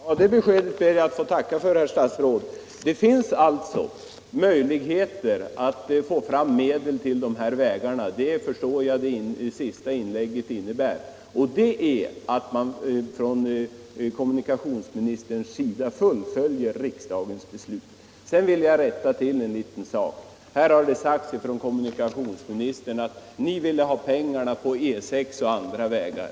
Herr talman! Det beskedet ber jag att få tacka för, herr statsråd. Det finns alltså möjligheter att få fram medel till de här vägarna — det förstår jag att det senaste inlägget innebär, och det betyder att kommunikationsministern fullföljer riksdagens beslut. Sedan vill jag rätta till en liten sak. Här har sagts att de borgerliga ville ha pengarna till E6 och andra vägar.